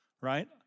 right